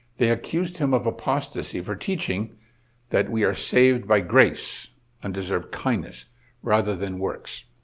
they accused him of apostasy for teaching that we are saved by grace and sort of kind of rather than works?